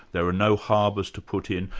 there are no harbours to put in,